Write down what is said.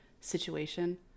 situation